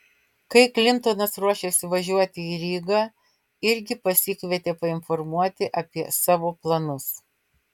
kai klintonas ruošėsi važiuoti į rygą irgi pasikvietė painformuoti apie savo planus